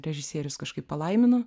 režisierius kažkaip palaimino